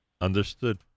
understood